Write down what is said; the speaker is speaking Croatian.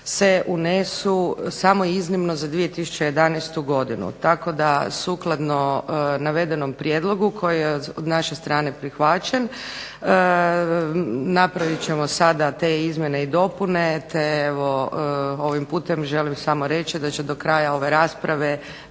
se unesu samo iznimno za 2011. godinu. Tako da sukladno navedenom prijedlogu koji je od naše strane prihvaćen, napravit ćemo sada te izmjene i dopune te ovim putem želim samo reći da će do kraja ove rasprave